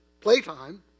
playtime